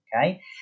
Okay